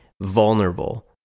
vulnerable